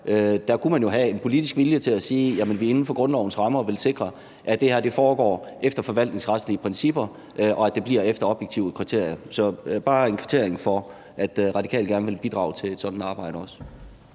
der kunne man jo have en politisk vilje til at sige, at vi er inden for grundlovens rammer og vil sikre, at det her foregår efter forvaltningsretslige principper, og at det bliver efter objektive kriterier. Så jeg vil bare kvittere for, at Radikale også gerne vil bidrage til et sådant arbejde.